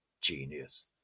genius